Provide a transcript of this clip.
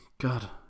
god